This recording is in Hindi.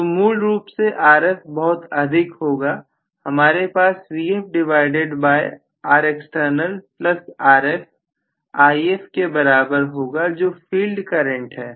तो मूल रूप से Rf बहुत अधिक होगा हमारे पास Vf divided by Rexternal plus Rf If के बराबर होगा जो फील्ड करंट है